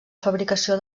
fabricació